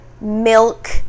milk